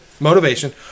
motivation